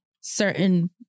certain